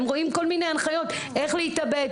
הם רואים כל מיני הנחיות איך להתאבד.